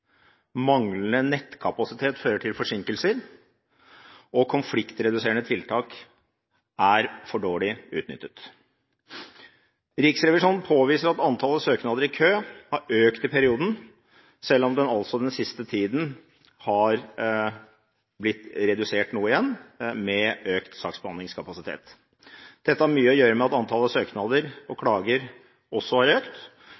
manglende nettkapasitet fører til forsinkelser, og at konfliktreduserende tiltak er for dårlig utnyttet. Riksrevisjonen påviser at antallet søknader i kø har økt i perioden, selv om køen den siste tida igjen har blitt noe redusert gjennom økt saksbehandlingskapasitet. Dette har mye å gjøre med at antallet søknader og klager også har økt,